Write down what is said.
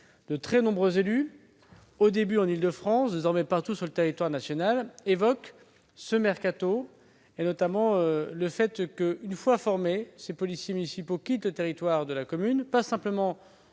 De très nombreux élus, au début en Île-de-France, désormais partout sur le territoire national, évoquent ce mercato, notamment le fait qu'une fois formés ces policiers municipaux quittent le territoire de la commune. Ce n'est pas simplement